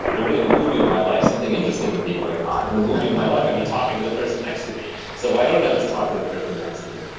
when really in the movie of my life, something interesting would be going on. in the movie of my life, i'd be talking to the person next to me. so why don't i just talk to the person next to me?